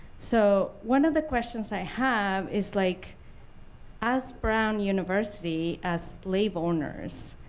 so, one of the questions i have is, like as brown university, as slave owners,